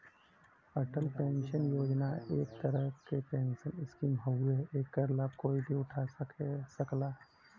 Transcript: Atal pension Yojana एक तरह क पेंशन स्कीम हउवे एकर लाभ कोई भी उठा सकला